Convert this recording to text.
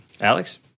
Alex